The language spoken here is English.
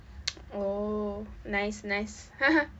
oh nice nice